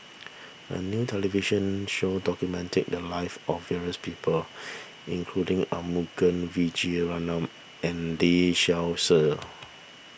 a new television show documented the lives of various people including Arumugam Vijiaratnam and Lee Seow Ser